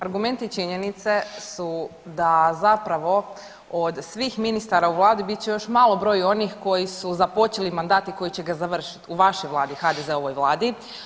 Argumenti i činjenice su da zapravo od svih ministara u vladi bit će još malo broj onih koji su započeli mandat i koji će ga završiti u vašoj vladi HDZ-ovoj vladi.